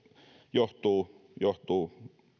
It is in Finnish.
johtuu johtuu